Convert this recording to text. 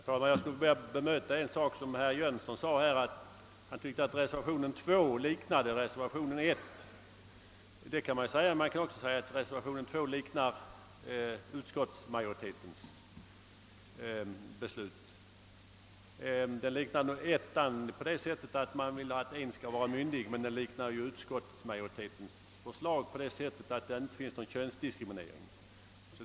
Herr talman! Jag vill bemöta ett yttrande av herr Jönsson i Malmö. Han tyckte att reservationen 2 liknade reservationen 1. Man kan emellertid också säga att reservationen 2 liknar utskottsmajoritetens förslag. Den liknar nämligen reservationen 1 på det sättet att man vill att en part skall vara myndig, men utskottsmajoritetens förslag på det sättet att där inte finns könsdiskriminering.